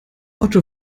otto